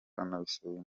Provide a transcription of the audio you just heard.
akanabisabira